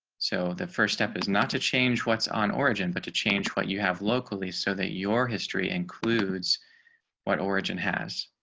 so the first step is not to change what's on origin but to change what you have locally, so that your history includes what origin has